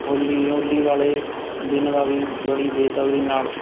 ਹੋਲੀ ਹੋਲੀ ਵਾਲੇ ਦਿਨ ਦਾ ਵੀ ਬੜੀ ਬੇਸਬਰੀ ਨਾਲ